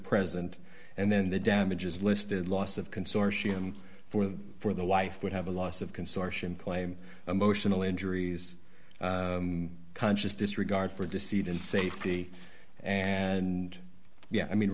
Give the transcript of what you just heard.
present and then the damages listed loss of consortium for the for the wife would have a loss of consortium claim emotional injuries conscious disregard for deceit and safety and yeah i mean